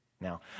Now